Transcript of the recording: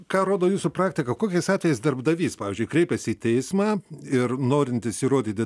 ką rodo jūsų praktika kokiais atvejais darbdavys pavyzdžiui kreipiasi į teismą ir norintis įrodyti